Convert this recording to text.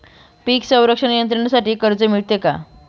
पीक संरक्षण यंत्रणेसाठी कर्ज मिळते का?